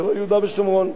זה לא יהודה ושומרון.